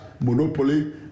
monopoly